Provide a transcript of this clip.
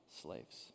slaves